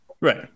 Right